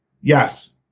Yes